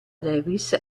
davis